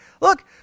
Look